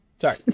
Sorry